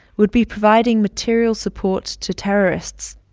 would be providing material support to terrorists.